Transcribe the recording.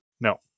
No